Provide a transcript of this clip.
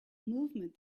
movement